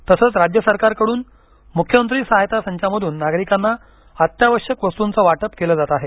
तर राज्य सरकारकडून मुख्यमंत्री सहाय्यता संचामधून नागरिकांना अत्यावश्यक वस्तूंच वाटप केलं जात आहे